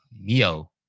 Neo